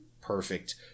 perfect